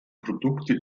produkte